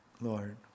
Lord